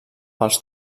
pels